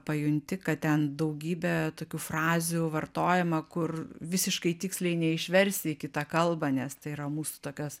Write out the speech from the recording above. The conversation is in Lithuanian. pajunti kad ten daugybė tokių frazių vartojama kur visiškai tiksliai neišversi į kitą kalbą nes tai yra mūsų tokios